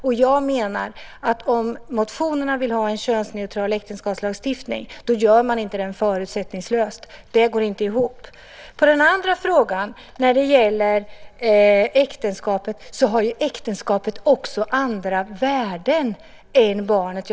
Om man i motionerna vill ha en könsneutral äktenskapslagstiftning blir det inte förutsättningslöst. Det går inte ihop. På den andra frågan om äktenskapet kan jag säga att äktenskapet också har andra värden än barnet.